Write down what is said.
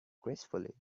gracefully